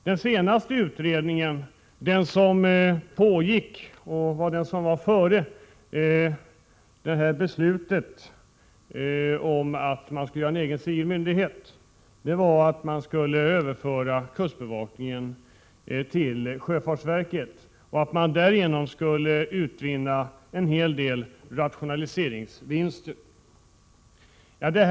Den senaste utredningen, den som föregick beslutet om att skapa en fristående civil myndighet, föreslog att kustbevakningen skulle överföras till sjöfartsverket varigenom en hel del rationaliseringsvinster skulle vinnas.